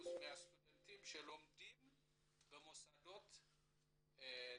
חוץ מהסטודנטים שלומדים במוסדות טכנולוגיים.